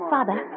Father